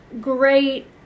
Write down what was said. great